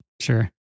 Sure